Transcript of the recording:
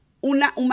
una